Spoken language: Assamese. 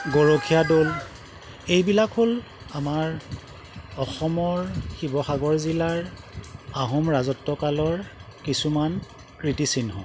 গৰখীয়া দৌল এইবিলাক হ'ল আমাৰ অসমৰ শিৱসাগৰ জিলাৰ আহোম ৰাজত্বকালৰ কিছুমান কীৰ্তিচিহ্ন